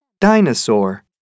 Dinosaur